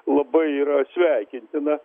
labai yra sveikintina